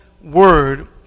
Word